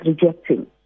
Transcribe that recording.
rejecting